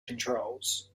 controls